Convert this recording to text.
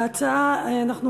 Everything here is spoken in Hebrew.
הצעות לסדר-היום מס' 907,